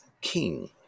king